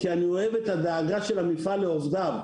כי אני אוהב את הדאגה של המפעל לעובדיו,